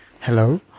Hello